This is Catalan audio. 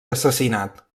assassinat